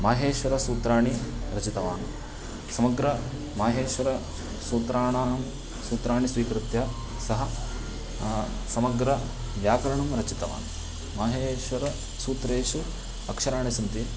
माहेश्वरसूत्राणि रचितवान् समग्रमाहेश्वरसूत्राणां सूत्राणि स्वीकृत्य सः समग्रव्याकरणं रचितवान् माहेश्वरसूत्रेषु अक्षराणि सन्ति